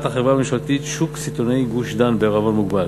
החברה הממשלתית "שוק סיטונאי גוש דן בע"מ",